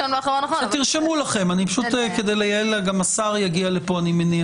תרשמו לכם, אני מניח שגם השר יגיע.